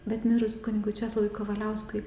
bet mirus kunigui česlovui kavaliauskui